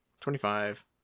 twenty-five